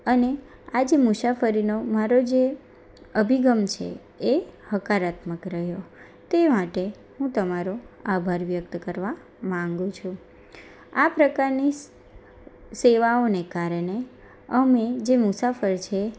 અને આજે મુસાફરીનો મારો જે અભિગમ છે એ હકારાત્મક રહ્યો તે માટે હું તમારો આભાર વ્યક્ત કરવા માંગુ છું આ પ્રકારની સેવાઓને કારણે અમે જે મુસાફર છીએ